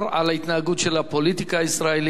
על ההתנהגות של הפוליטיקה הישראלית,